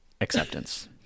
acceptance